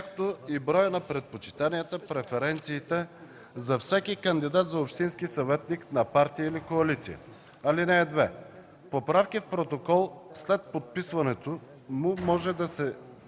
както и броя на предпочитанията (преференциите) за всеки кандидат за общински съветник на партия или коалиция. (2) Поправки в протокол след подписването му може да се